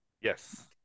Yes